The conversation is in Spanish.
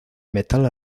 metal